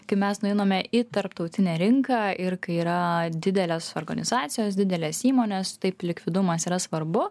kai mes nueiname į tarptautinę rinką ir kai yra didelės organizacijos didelės įmonės taip likvidumas yra svarbu